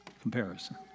Comparison